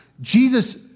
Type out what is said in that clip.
Jesus